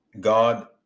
God